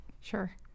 Sure